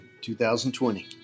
2020